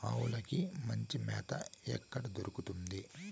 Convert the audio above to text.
ఆవులకి మంచి మేత ఎక్కడ దొరుకుతుంది?